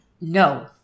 no